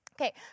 Okay